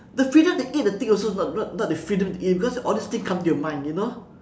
the freedom to eat the thing also not not not the freedom to eat it because all these things come to your mind you know